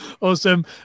Awesome